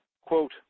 Quote